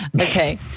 okay